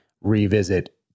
revisit